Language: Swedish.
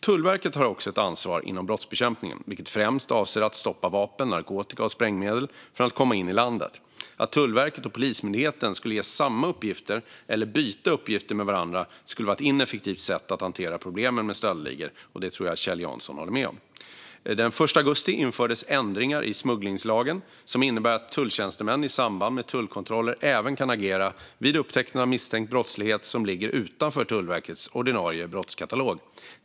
Tullverket har också ett ansvar inom brottsbekämpningen, vilket främst avser att stoppa vapen, narkotika och sprängmedel från att komma in i landet. Att Tullverket och Polismyndigheten skulle ges samma uppgifter eller byta uppgifter med varandra skulle vara ett ineffektivt sätt att hantera problemet med stöldligor, och det tror jag att Kjell Jansson håller med mig om. Den 1 augusti infördes ändringar i smugglingslagen som innebär att tulltjänstemän i samband med tullkontroller även kan agera vid upptäckt av misstänkt brottslighet som ligger utanför Tullverkets ordinarie brottskatalog.